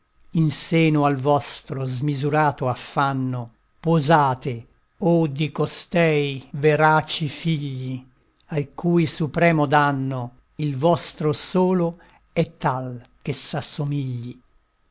in seno al vostro smisurato affanno posate o di costei veraci figli al cui supremo danno il vostro solo è tal che s'assomigli